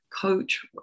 coach